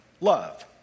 Love